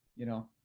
you know,